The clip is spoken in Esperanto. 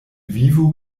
vivu